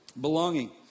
Belonging